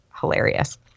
hilarious